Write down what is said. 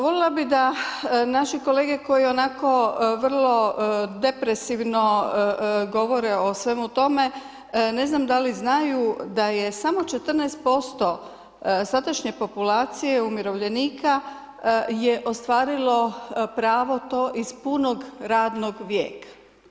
Voljela bi da naši kolege koji ionako vrlo depresivno govore o svemu tome, ne z nam, da li znaju, da je samo 14% sadašnje populacije umirovljenika, je ostvarilo prava to iz punog radnog vijeka.